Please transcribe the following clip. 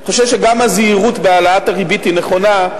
אני חושב שגם הזהירות בהעלאת הריבית היא נכונה,